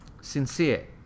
Sincere